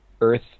Earth